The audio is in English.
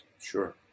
Sure